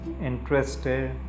interested